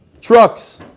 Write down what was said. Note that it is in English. Trucks